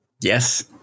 Yes